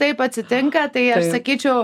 taip atsitinka tai aš sakyčiau